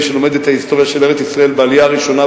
מי שלומד את ההיסטוריה של ארץ-ישראל בעלייה הראשונה,